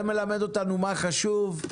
זה מלמד אותנו מה חשוב.